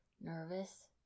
Nervous